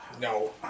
No